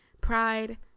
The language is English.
Pride